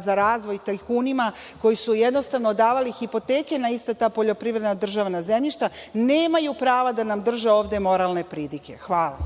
za razvoj tajkunima, koji su jednostavno davali hipoteke na ista ta poljoprivredna državna zemljišta, nemaju prava da nam drže ovde moralne pridike. Hvala.